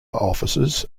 offices